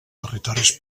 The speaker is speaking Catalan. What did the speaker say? territoris